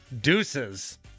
deuces